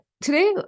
today